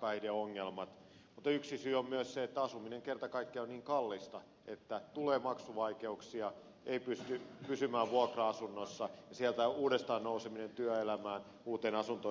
päihdeongelmat mutta yksi syy on myös se että asuminen kerta kaikkiaan on niin kallista että tulee maksuvaikeuksia ei pysty pysymään vuokra asunnossa ja sieltä uudestaan nouseminen työelämään ja uuteen asuntoon on erittäin vaikeata